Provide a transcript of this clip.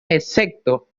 excepto